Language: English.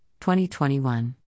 2021